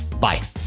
Bye